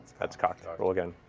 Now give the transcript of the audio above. that's cocked, roll again.